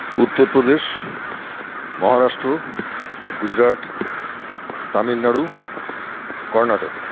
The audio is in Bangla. উত্তরপ্রদেশ মহারাষ্ট্র গুজরাট তামিলনাড়ু কর্ণাটক